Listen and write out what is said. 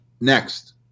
Next